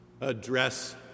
address